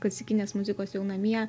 klasikinės muzikos jau namie